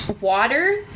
Water